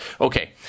Okay